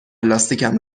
لاستیکم